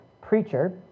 preacher